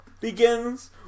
begins